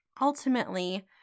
Ultimately